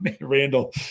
Randall